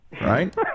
right